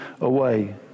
away